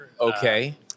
Okay